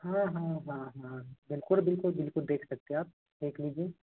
हाँ हाँ हाँ हाँ बिलकुल बिलकुल बिलकुल देख सकते हैं आप देख लीजिए